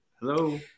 Hello